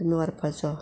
तुमी व्हरपाचो